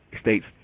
states